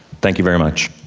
thank you very much.